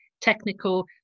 technical